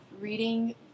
reading